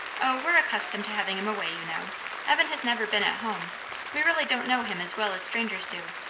o, we're accustomed to having him away, you know evan has never been at home we really don't know him as well as strangers do.